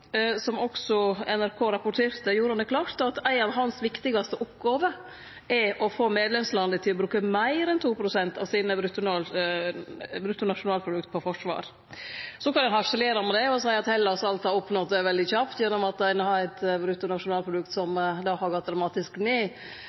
Som også NRK rapporterte, gjorde han det klart at hans viktigaste oppgåve er å få medlemslanda til å bruke meir enn 2 pst. av sine bruttonasjonalprodukt på forsvar. Så kan ein harselere med det og seie at Hellas alt har oppnådd det veldig kjapt gjennom at ein har eit bruttonasjonalprodukt som har gått dramatisk ned,